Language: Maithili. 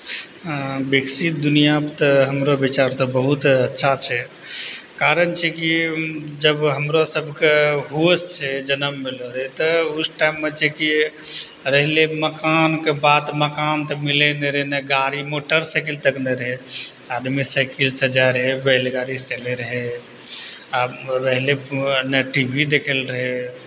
विकसित दुनिया तऽ हमरऽ विचार तऽ बहुत अच्छा छै कारण छै कि जब हमरऽ सबके होश छै जनम भेलऽ रहै तऽ उस टाइममे छै कि रहलै मकानके बात मकान तऽ मिलैत नहि रहै नहि गाड़ी मोटरसाइकिल तक नहि रहै आदमी साइकिलसँ जाइ रहै बैलगाड़ीसँ चलै रहै आब रहलै नहि टी वी देखैलए रहै